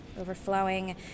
overflowing